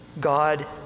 God